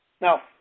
Now